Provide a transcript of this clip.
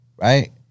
right